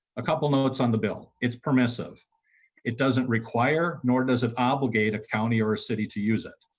a couple notes on the bill is permissive it doesn't require nor does of obligated county or city to use it.